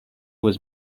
was